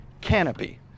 canopy